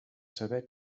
saber